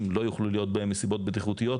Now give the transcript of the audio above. לא יוכלו להיות בהם מסיבות בטיחותיות,